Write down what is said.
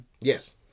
Yes